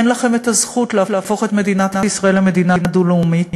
אין לכם הזכות להפוך את מדינת ישראל למדינה דו-לאומית,